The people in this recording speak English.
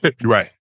Right